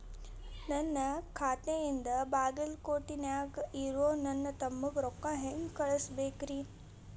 ನನ್ನ ಖಾತೆಯಿಂದ ಬಾಗಲ್ಕೋಟ್ ನ್ಯಾಗ್ ಇರೋ ನನ್ನ ತಮ್ಮಗ ರೊಕ್ಕ ಹೆಂಗ್ ಕಳಸಬೇಕ್ರಿ?